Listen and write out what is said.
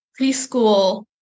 preschool